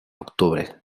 octubre